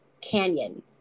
canyon